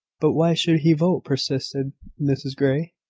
but why should he vote? persisted mrs grey.